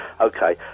Okay